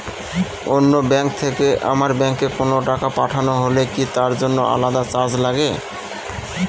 অন্য ব্যাংক থেকে আমার ব্যাংকে কোনো টাকা পাঠানো হলে কি তার জন্য আলাদা চার্জ লাগে?